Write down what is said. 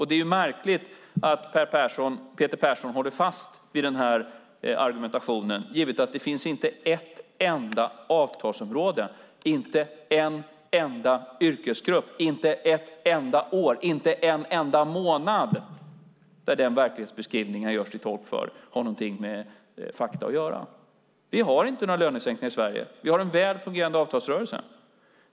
Det är märkligt att Peter Persson håller fast vid den här argumentationen, givet att det inte finns ett enda avtalsområde, en enda yrkesgrupp, ett enda år och en enda månad där den verklighetsbeskrivning han gör sig till tolk för har någonting med fakta att göra. Vi har inte några lönesänkningar i Sverige. Vi har en väl fungerande avtalsrörelse.